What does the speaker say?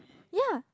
ya